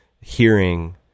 hearing